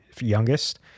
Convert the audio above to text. youngest